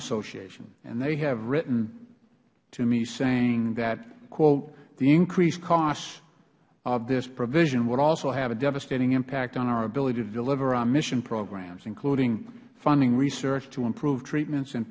association and they have written to me saying that the increased costs of this provision would also have a devastating impact on our ability to deliver our mission programs including funding research to improve treatments and